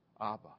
Abba